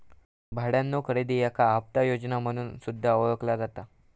भाड्यानो खरेदी याका हप्ता योजना म्हणून सुद्धा ओळखला जाता